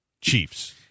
Chiefs